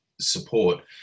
support